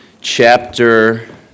chapter